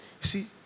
See